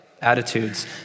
attitudes